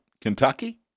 Kentucky